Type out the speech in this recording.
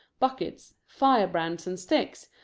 buckets, fire-brands, and sticks,